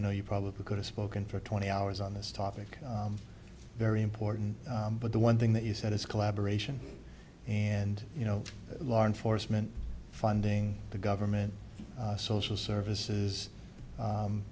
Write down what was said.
i know you probably could have spoken for twenty hours on this topic very important but the one thing that you said is collaboration and you know law enforcement funding the government social services